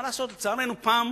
מה לעשות, לצערנו, פעם